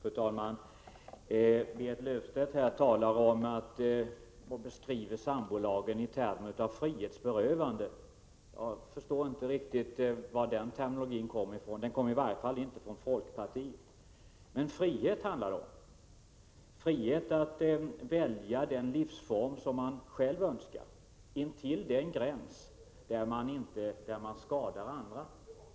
Fru talman! Berit Löfstedt beskriver sambolagen i termer av frihetsberövande. Jag förstår inte riktigt varifrån den terminologin kommer — den kommer i varje fall inte från folkpartiet. Men frihet handlar det om — frihet att välja den livsform man själv önskar intill den gräns där man skadar andra.